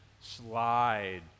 slide